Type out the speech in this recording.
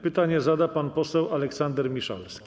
Pytanie zada pan poseł Aleksander Miszalski.